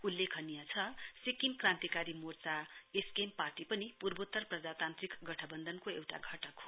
उल्लेखनीय सिक्किम क्रान्तिकारी मोर्चा एसकेएम पार्टी पनि पूर्वोत्तर प्रजातान्त्रिक गठबन्धनको एउटा घटक हो